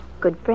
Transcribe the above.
good